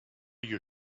you